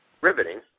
Riveting